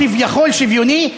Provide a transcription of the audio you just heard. כביכול שוויוני,